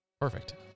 Perfect